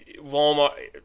walmart